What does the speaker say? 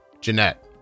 Jeanette